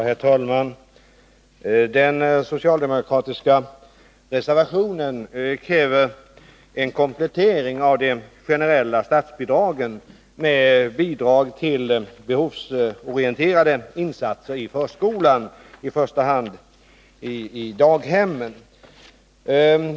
Herr talman! Den socialdemokratiska reservationen kräver en komplettering av de generella statsbidragen med bidrag till behovsorienterade insatser i förskolan, i första hand i daghemmen.